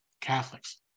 Catholics